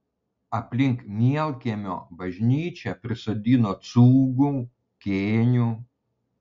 aplink mielkiemio bažnyčią prisodino cūgų kėnių